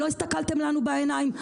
לא הסתכלתם לנו בעיניים,